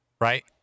Right